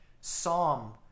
Psalm